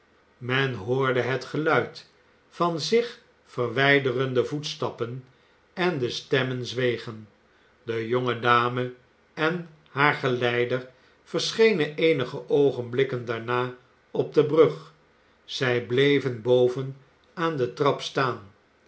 men hoorde het geluid van zich verwijderende voetstappen en de stemmen zwegen de jonge dame en haar geleider verschenen eenige oogenblikken daarna op de brug zij bleven boven aan de trap staan